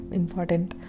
important